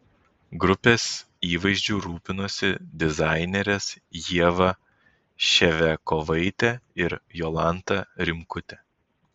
grupės įvaizdžiu rūpinosi dizainerės ieva ševiakovaitė ir jolanta rimkutė